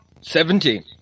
Seventeen